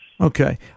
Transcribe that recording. Okay